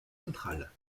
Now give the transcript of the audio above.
centrale